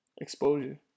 Exposure